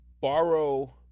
borrow